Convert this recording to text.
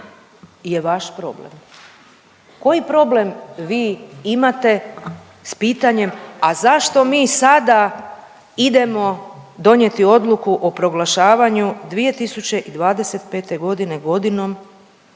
je vaš problem? Koji problem vi imate s pitanjem, a zašto mi sada idemo donijeti odluku o proglašavanju 2025.g. godinom